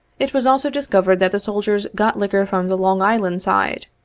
it was also discovered that the soldiers got liquor from the long island side,